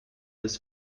des